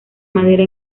madera